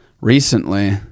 recently